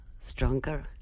stronger